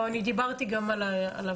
לא, אני דיברתי גם על הוועדה.